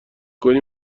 کنی